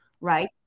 right